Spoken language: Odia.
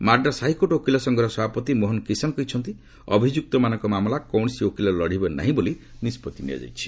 ମାଡ୍ରାସ୍ ହାଇକୋର୍ଟ ଓକିଲ ସଂଘର ସଭାପତି ମୋହନ କିଶନ କହିଛନ୍ତି ଅଭିଯୁକ୍ତମାନଙ୍କ ମାମଲା କୌଣସି ଓକିଲ ଲଢ଼ିବେ ନାହିଁ ବୋଲି ନିଷ୍ପଭ୍ତି ନିଆଯାଇଛି